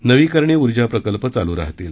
नवीकरणीय ऊर्जा प्रकल्प चालू राहतील